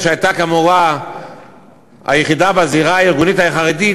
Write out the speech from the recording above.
שהייתה כאמור היחידה בזירה הארגונית החרדית,